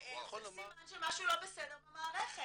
--- זה סימן שמשהו לא בסדר במערכת.